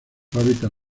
hábitat